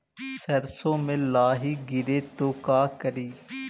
सरसो मे लाहि गिरे तो का करि?